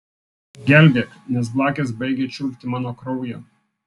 gelbėk nes blakės baigia čiulpti mano kraują